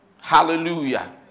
Hallelujah